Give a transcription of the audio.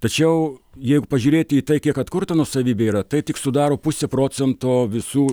tačiau jeigu pažiūrėti į tai kiek atkurta nuosavybė yra tai tik sudaro pusę procento visų